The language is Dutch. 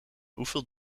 hoeveel